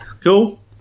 cool